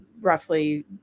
roughly